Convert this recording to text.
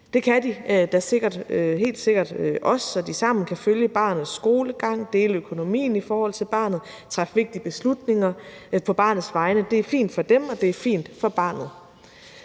det kan de da helt sikkert også – så de sammen kan følge barnets skolegang, dele økonomien i forhold til barnet, træffe vigtige beslutninger på barnets vegne; det er fint for dem, og det er fint for barnet.